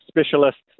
specialists